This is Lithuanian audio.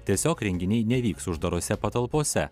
tiesiog renginiai nevyks uždarose patalpose